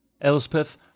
Elspeth